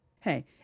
Hey